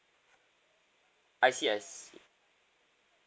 I see I see